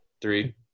three